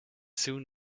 soon